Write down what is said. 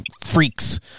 freaks